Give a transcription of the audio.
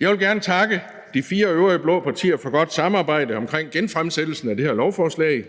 Jeg vil gerne takke de fire øvrige blå partier for godt samarbejde omkring genfremsættelsen af det her lovforslag.